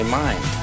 mind